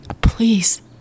please